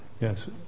yes